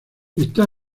está